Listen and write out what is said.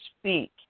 speak